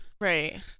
Right